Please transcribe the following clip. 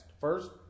First